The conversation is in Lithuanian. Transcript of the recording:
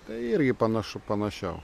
tai irgi panašu panašiau